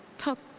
talk